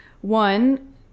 One